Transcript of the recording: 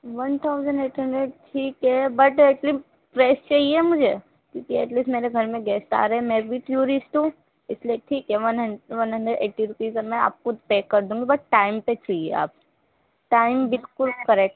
one thousand eight hundred ٹھیک ہے but actually fresh چاہیے مجھے کیونکہ ایٹلسٹ میرے گھر میں گیسٹ آ رہے میں بھی ٹیورسٹ ہوں اس لیے ٹھیک ہے ون ہنڈریڈ ایٹی روپیز اب میں آپ کو پے کر دوں گی بس ٹائم پہ چاہیے آپ ٹائم بالکل کریکٹ